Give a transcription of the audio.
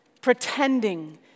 Pretending